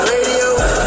Radio